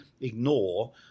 ignore